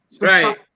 Right